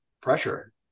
pressure